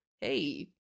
hey